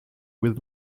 with